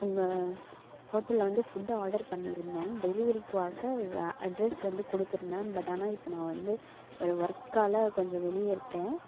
உங்கள் ஹோட்டல்ல வந்து ஃபுட் ஆர்டர் பண்ணியிருந்தேன் டெலிவரிக்காக அட்ரெஸ் வந்து கொடுத்துருந்தேன் பட் ஆனால் இப்போ நான் வந்து ஒர் ஒர்க்கால் கொஞ்சம் வெளியே இருக்கேன்